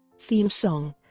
theme song